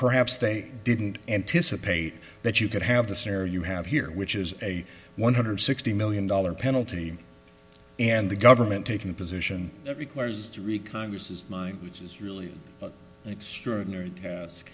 perhaps they didn't anticipate that you could have this or you have here which is a one hundred sixty million dollars penalty and the government taking a position that requires three congresses mine which is really extraordinary